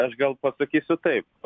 aš gal pasakysiu taip